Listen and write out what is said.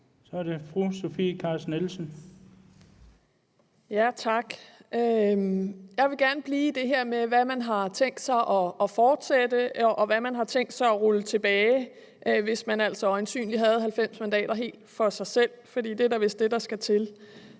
Kl. 13:16 Sofie Carsten Nielsen (RV): Tak. Jeg vil gerne blive i det her med, hvad man har tænkt sig at fortsætte, og hvad man har tænkt sig at rulle tilbage, hvis man altså har 90 mandater helt for sig selv, for det er vist det, der skal til.